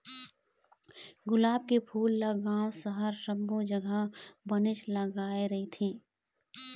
गुलाब के फूल ल गाँव, सहर सब्बो जघा बनेच लगाय रहिथे